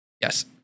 Yes